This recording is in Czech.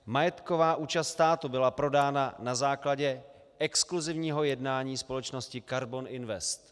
Majetková účast státu byla prodána na základě exkluzivního jednání společnosti Karbon Invest.